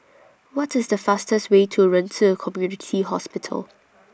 What IS The fastest Way to Ren Ci Community Hospital